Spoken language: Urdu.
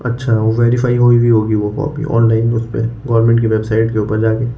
اچھا وہ ویریفائی ہوئی ہوئی ہوگی وہ کاپی آن لائن اس پہ گورنمنٹ کی ویبسائٹ کے اوپر جا کے